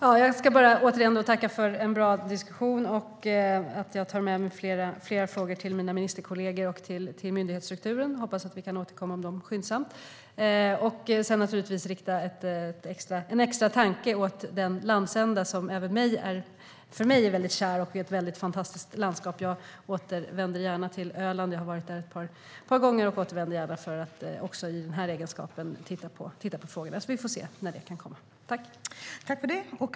Fru talman! Jag ska återigen tacka för en bra diskussion. Jag tar med mig flera frågor till mina ministerkollegor och myndighetsstrukturen. Jag hoppas att vi kan återkomma om dem skyndsamt. Jag vill också rikta en extra tanke åt den landsända som även för mig är väldigt kär. Det är ett fantastiskt landskap. Jag återvänder gärna till Öland. Jag har varit där ett par gånger, och jag återvänder gärna i egenskapen av att titta på frågorna. Vi får se när det kan komma.